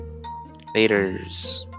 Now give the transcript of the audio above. Laters